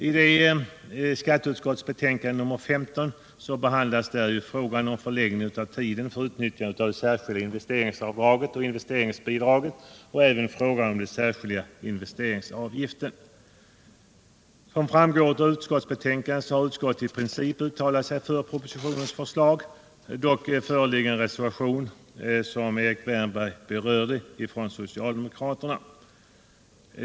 I skatteutskottets betänkande nr 15 behandlas frågan om förlängning av tiden för utnyttjande av det särskilda investeringsavdraget och det statliga investeringsbidraget liksom frågan om den särskilda investeringsavgiften. Som framgår av betänkandet har utskottet i princip uttalat sig för propositionens förslag. Dock föreligger en reservation från socialdemokraterna, som Erik Wärnberg berörde.